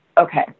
okay